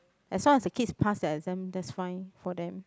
as long as the kids pass their exam that's fine for them